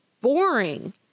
boring